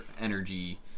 energy